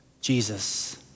Jesus